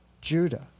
Judah